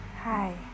Hi